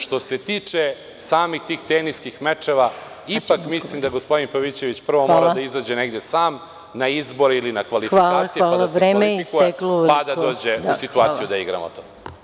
Što se tiče samih tih teniskih mečeva, ipak mislim da gospodin Pavićević prvo mora da izađe negde sam, na izbore ili na kvalifikacije, pa da se kvalifikuje, da bismo došli u situaciju da igramo.